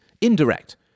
indirect